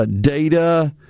data